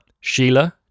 Sheila